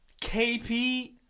KP